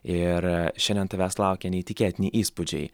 ir šiandien tavęs laukia neįtikėtini įspūdžiai